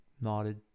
nodded